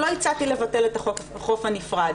לא הצעתי לבטל את החוף הנפרד.